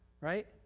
right